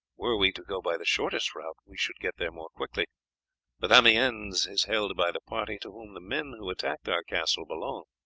were we to go by the shortest route we should get there more quickly but amiens is held by the party to whom the men who attacked our castle belong,